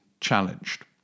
challenged